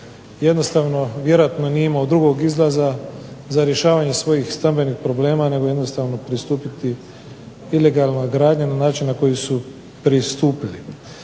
jednostavno vjerojatno nije imao drugog izlaza za rješavanje svojih stambenih problema nego jednostavno pristupiti ilegalnoj gradnji na način na koji su pristupili.